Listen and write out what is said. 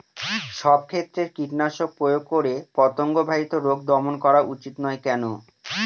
সব ক্ষেত্রে কীটনাশক প্রয়োগ করে পতঙ্গ বাহিত রোগ দমন করা উচিৎ নয় কেন?